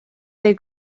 they